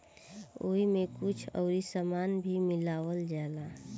ओइमे कुछ अउरी सामान भी मिलावल जाला